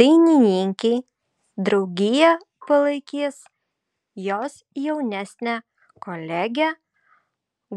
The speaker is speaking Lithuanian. dainininkei draugiją palaikys jos jaunesnė kolegė